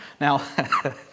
Now